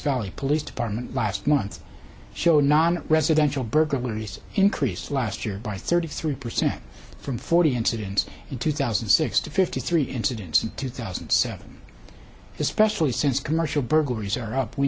valley police department last month show non residential burglaries increased last year by thirty three percent from forty incidents in two thousand and six to fifty three incidents in two thousand and seven especially since commercial burglaries are up we